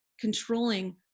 controlling